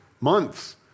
months